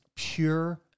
Pure